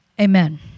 amen